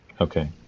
Okay